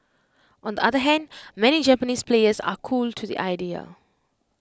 on the other hand many Japanese players are cool to the idea